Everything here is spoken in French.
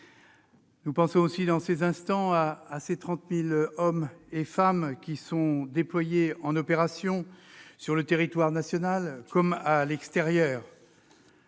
nous pensons aussi aux 30 000 hommes et femmes qui sont déployés en opération, sur le territoire national comme à l'extérieur.